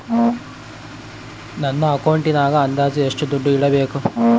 ನನ್ನ ಅಕೌಂಟಿನಾಗ ಅಂದಾಜು ಎಷ್ಟು ದುಡ್ಡು ಇಡಬೇಕಾ?